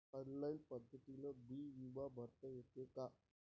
Online पद्धतीनं बी बिमा भरता येते का?